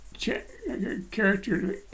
character